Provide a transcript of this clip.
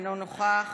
אינו נוכח,